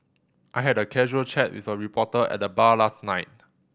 I had a casual chat with a reporter at the bar last night